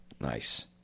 Nice